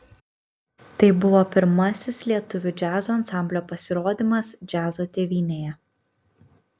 tai buvo pirmasis lietuvių džiazo ansamblio pasirodymas džiazo tėvynėje